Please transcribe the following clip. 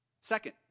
Second